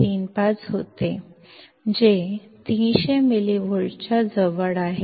0135 होते जे 300 मिलीव्होल्टच्या जवळ आहे